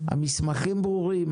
המסמכים ברורים,